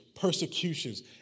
persecutions